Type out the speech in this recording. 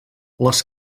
les